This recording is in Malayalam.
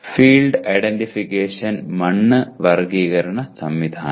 ഫീൽഡ് ഐഡന്റിഫിക്കേഷൻ മണ്ണ് വർഗ്ഗീകരണ സംവിധാനം